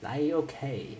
来 okay